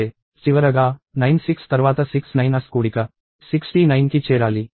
చివరగా 9 6 తర్వాత 6 9's కూడిక 69కి చేరాలి